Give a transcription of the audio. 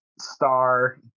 star